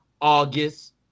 August